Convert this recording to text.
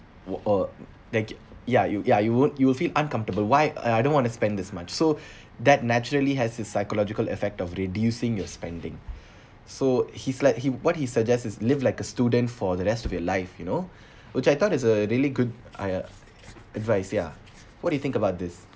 oo uh thank you ya you ya you won't you will feel uncomfortable why uh I don't want to spend this much so that naturally has a psychological effect of reducing your spending so he sla~ he what he suggests is live like a student for the rest of your life you know which I thought is a really good uh advice ya what do you think about this